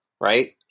right